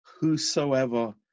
Whosoever